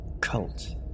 cult